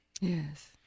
Yes